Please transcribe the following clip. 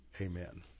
amen